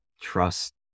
trust